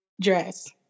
dress